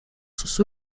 sus